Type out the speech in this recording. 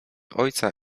ojca